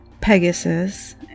Pegasus